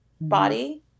body